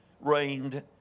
reigned